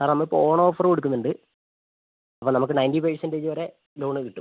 സാറേ നമ്മളിപ്പം ഓണം ഓഫർ കൊടുക്കുന്നുണ്ട് അപ്പം നമുക്ക് നയന്റി പെർസന്റേജ് വരെ ലോൺ കിട്ടും